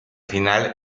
final